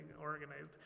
organized